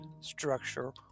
structure